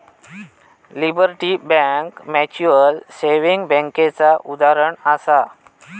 liberty bank mutual saving बैंकेचा उदाहरणं आसा